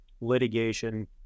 litigation